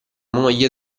moglie